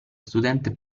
studente